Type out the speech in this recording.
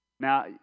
Now